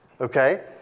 Okay